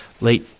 late